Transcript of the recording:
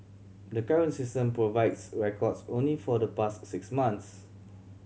the current system provides records only for the past six months